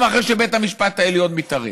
גם אחרי שבית המשפט העליון מתערב,